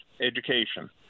Education